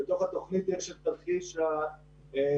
בתוך התוכנית יש את תרחיש הייחוס,